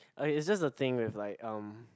okay it's just the thing with like um